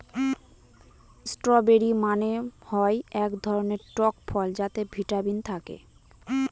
strawberry মানে হয় এক ধরনের টক ফল যাতে ভিটামিন থাকে